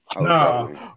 No